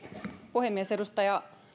puhemies edustaja